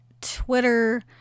Twitter